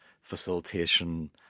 facilitation